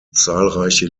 zahlreiche